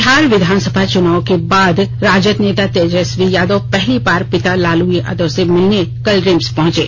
बिहार विधानसभा चुनाव के बाद राजद नेता तेजस्वी यादव पहली बार पिता लालू प्रसाद से मिलने कल रिम्स पहुंचे